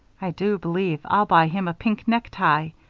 i do believe i'll buy him a pink necktie.